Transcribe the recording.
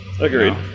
Agreed